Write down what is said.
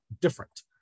different